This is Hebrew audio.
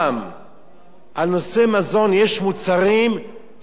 על מזון, יש מוצרים שאין עליהם מע"מ.